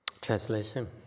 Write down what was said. Translation